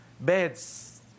Beds